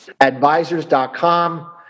advisors.com